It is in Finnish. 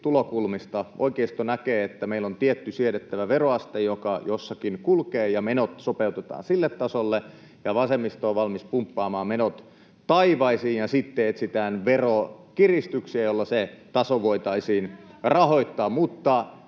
tulokulmista. Oikeisto näkee, että meillä on tietty siedettävä veroaste, joka jossakin kulkee, ja menot sopeutetaan sille tasolle, ja vasemmisto on valmis pumppaamaan menot taivaisiin ja sitten etsitään veronkiristyksiä, joilla se taso voitaisiin rahoittaa.